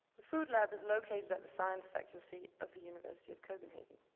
the food lab is located at the science faculty of the university of copenhagen.